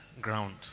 ground